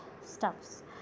stuffs